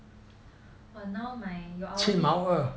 but now my your hourly